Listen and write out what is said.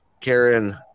Karen